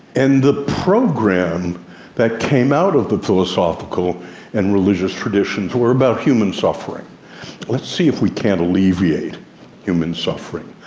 and the program that came out of the philosophical and religious traditions were about human suffering let's see if we can't alleviate human suffering.